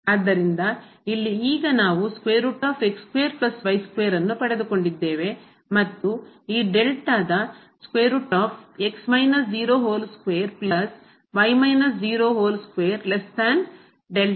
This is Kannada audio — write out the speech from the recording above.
ಆದ್ದರಿಂದ ಇಲ್ಲಿ ಈಗ ನಾವು ಮತ್ತು ಈ ಡೆಲ್ಟಾದ